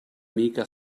mica